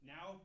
Now